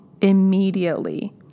immediately